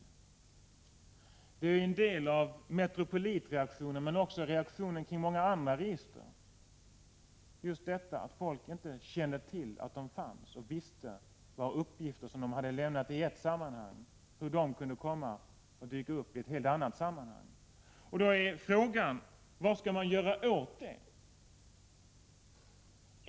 Just detta är en del av Metropolitreaktionen men också reaktionen kring många andra register, att folk inte kände till att de fanns med i dessa register eller inte visste att de uppgifter som de lämnat i ett sammanhang kunde dyka upp i ett helt annat sammanhang. Frågan är vad man skall göra åt detta.